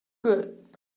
good